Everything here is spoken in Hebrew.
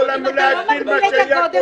למה לא להגביל מה שהיה קודם?